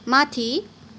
माथि